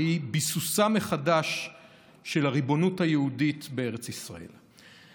והוא ביסוסה מחדש של הריבונות היהודית בארץ ישראל.